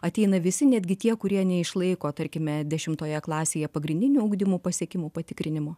ateina visi netgi tie kurie neišlaiko tarkime dešimtoje klasėje pagrindinių ugdymų pasiekimų patikrinimo